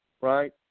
right